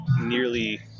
nearly